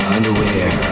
Underwear